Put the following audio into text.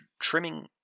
trimming